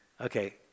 Okay